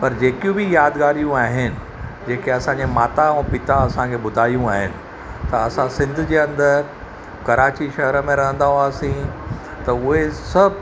पर जेकियूं बि यादगारियूं आहिनि जेके असांजे माता ऐं पिता असांखे ॿुधायूं आहिनि त असां सिंध जे अंदरि कराची शहर में रहंदा हुआसीं त उहे सभु